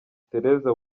theresa